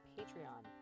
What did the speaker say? Patreon